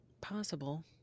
Possible